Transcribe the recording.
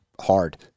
hard